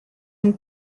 une